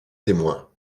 témoin